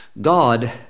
God